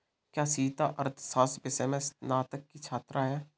क्या सीता अर्थशास्त्र विषय में स्नातक की छात्रा है?